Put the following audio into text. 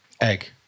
Egg